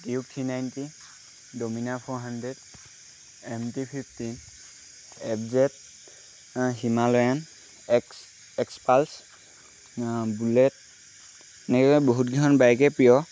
Duke three ninety Dominar four hundred M T fifty F Z Himalayan X X pulse bullet এনেকৈ বহুতকেইখন বাইকে প্ৰিয়